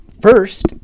first